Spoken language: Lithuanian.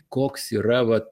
koks yra vat